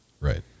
Right